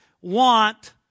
want